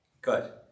Good